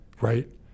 Right